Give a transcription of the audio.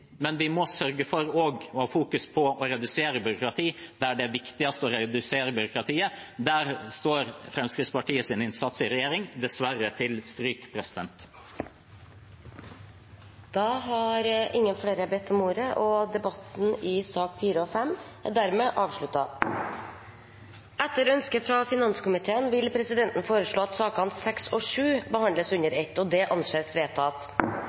men vi må også sørge for å fokusere på å redusere byråkratiet. Der det er viktigst å redusere byråkratiet, står Fremskrittspartiets innsats i regjering dessverre til stryk. Flere har ikke bedt om ordet til sakene nr. 4 og 5. Etter ønske fra finanskomiteen vil presidenten foreslå at sakene nr. 6 og 7 behandles under ett. – Det anses vedtatt.